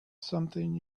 something